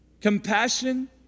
Compassion